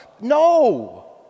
No